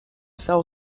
cell